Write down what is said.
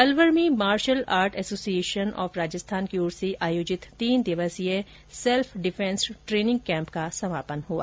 अलवर में martial art association of Rajasthan की ओर से आयोजित तीन दिवसीय सेल्फ डिफेंस ट्रेनिंग कैंप का समापन हुआ